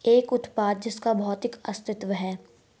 एक उत्पाद जिसका भौतिक अस्तित्व है?